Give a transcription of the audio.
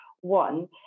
One